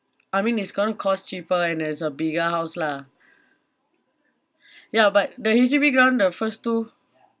I mean it's going to cost cheaper and it's a bigger house lah ya but the H_D_B grant the first two